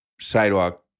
sidewalk